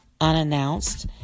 unannounced